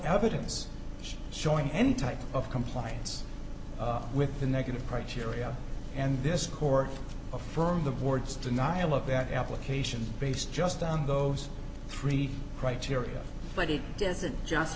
evidence showing any type of compliance with the negative criteria and this court affirmed the board's denial of that application based just on those three criteria but it doesn't just